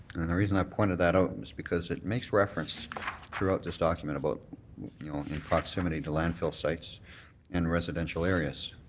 and the reason i pointed that out was because it makes reference throughout this document about you know in proximity to landfill sites in residential areas.